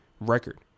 record